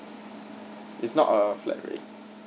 it's not a flat rate